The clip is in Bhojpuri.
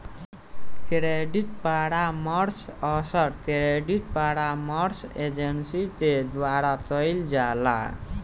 क्रेडिट परामर्श अक्सर क्रेडिट परामर्श एजेंसी के द्वारा कईल जाला